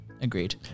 Agreed